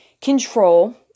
control